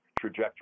Trajectory